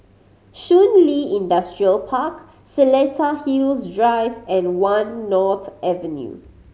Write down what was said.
Shun Li Industrial Park Seletar Hills Drive and One North Avenue